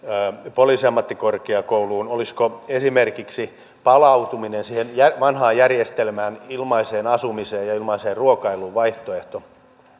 poliisiammattikorkeakouluun olisiko esimerkiksi paluu siihen vanhaan järjestelmään ilmaiseen asumiseen ja ja ilmaiseen ruokailuun